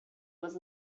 was